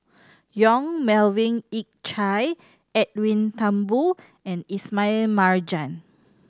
Yong Melvin Yik Chye Edwin Thumboo and Ismail Marjan